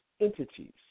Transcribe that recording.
entities